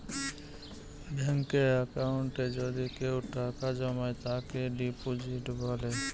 ব্যাঙ্কে একাউন্টে যদি কেউ টাকা জমায় তাকে ডিপোজিট বলে